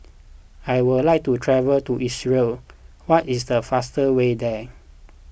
I would like to travel to Israel what is the fastest way there